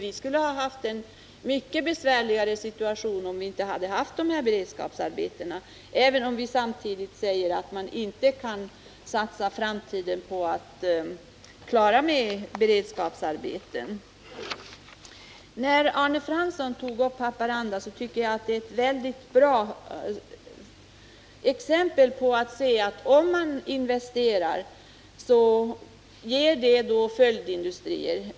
Vi skulle ha haft en mycket besvärligare situation, om vi inte hade fått dessa beredskapsarbeten. Men vi kan inte satsa på att klara av framtidens problem med beredskapsarbeten. Arne Fransson tog upp skidfabriken i Haparanda. Den är ett mycket bra exempel på att en investering ger följdindustrier.